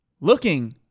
looking